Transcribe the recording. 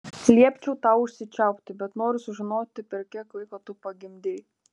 liepčiau tau užsičiaupti bet noriu sužinoti per kiek laiko tu pagimdei